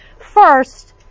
First